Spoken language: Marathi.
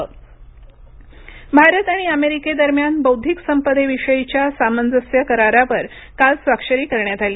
भारत अमेरिका भारत आणि अमेरिकेदरम्यान बौद्धिक संपदेविषयीच्या सामंजस्य करारावर काल स्वाक्षरी करण्यात आली